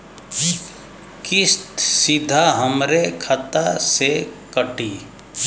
किस्त सीधा हमरे खाता से कटी?